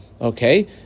Okay